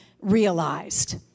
realized